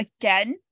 Again